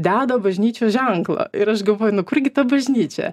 deda bažnyčios ženklą ir aš galvoju nu kurgi ta bažnyčia